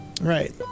right